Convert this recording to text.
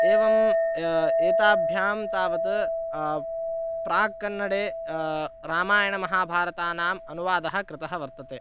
एवम् एताभ्यां तावत् प्राक् कन्नडे रामायणमहाभारतानाम् अनुवादः कृतः वर्तते